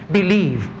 Believe